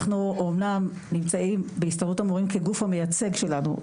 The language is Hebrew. אנחנו אמנם נמצאים בהסתדרות המורים כגוף המייצג שלנו,